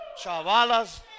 Chavalas